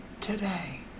today